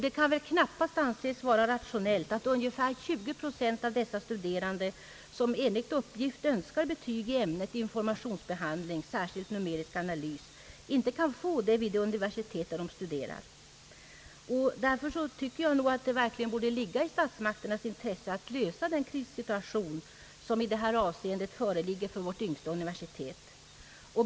Det kan väl knappast anses vara rationellt att ungefär 20 procent av dessa studerande, som enligt uppgift önskar betyg i ämnet informationsbehandling, särskilt numerisk analys, inte kan få det vid det universitet där de studerar. Därför tycker jag nog att det verkligen borde ligga i statsmakternas intresse att lösa den krissituation som faktiskt i detta avseende föreligger för vårt yngsta universitet.